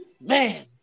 Man